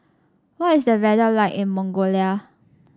what is the weather like in Mongolia